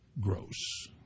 gross